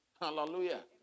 Hallelujah